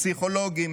פסיכולוגים,